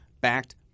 backed